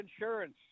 Insurance